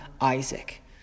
Isaac